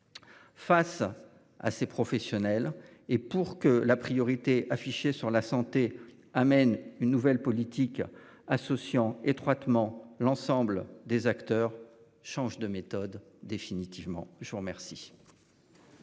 Face à ces professionnels et pour que la priorité affichée sur la santé amène une nouvelle politique associant étroitement l'ensemble des acteurs, change de méthode définitivement je vous remercie.